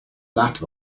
that